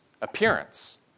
appearance